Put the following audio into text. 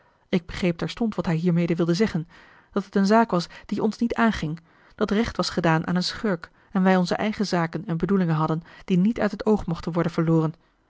ik begreep terstond wat hij hiermede wilde zeggen dat het een zaak was die ons niet aanging dat recht was gedaan aan een schurk en wij onze eigen zaken en bedoelingen hadden die niet uit t oog mochten worden verloren